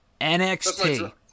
NXT